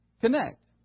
connect